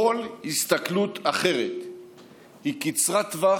כל הסתכלות אחרת היא קצרת טווח